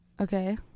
Okay